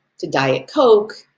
to diet coke,